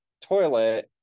toilet